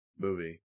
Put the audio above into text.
movie